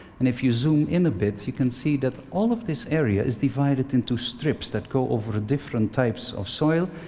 and if you zoom in a bit you can see that all of this area is divided into strips that go over ah different types of soil,